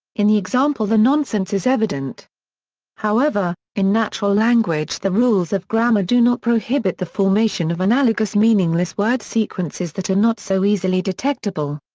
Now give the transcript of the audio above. in the example the nonsense is evident however, in natural language the rules of grammar do not prohibit the formation of analogous meaningless word sequences that are not so easily detectable.